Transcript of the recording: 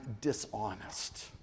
dishonest